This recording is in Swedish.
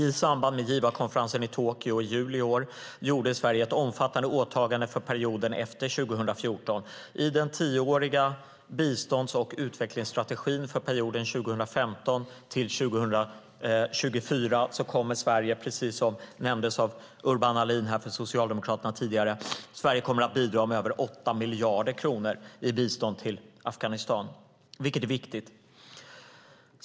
I samband med givarkonferensen i Tokyo i juli i år gjorde Sverige ett omfattande åtagande för perioden efter 2014. I den tioåriga bistånds och utvecklingsstrategin för perioden 2015-2024 kommer Sverige, precis som tidigare nämndes av Urban Ahlin från Socialdemokraterna, att bidra med över 8 miljarder kronor i bistånd till Afghanistan, vilket är viktigt.